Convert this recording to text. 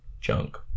junk